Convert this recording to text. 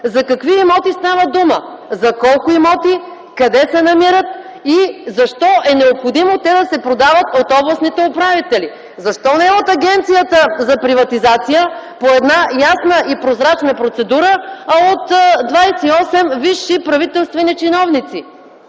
за какви имоти става дума, за колко имоти, къде се намират и защо е необходимо те да се продават от областните управители? Защо не от Агенцията за приватизация по ясна и прозрачна процедура, а от 28 висши правителствени чиновници?